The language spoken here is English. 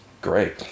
great